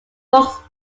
walks